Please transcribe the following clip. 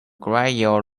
goryeo